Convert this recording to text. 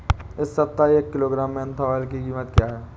इस सप्ताह एक किलोग्राम मेन्था ऑइल की कीमत क्या है?